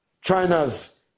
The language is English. China's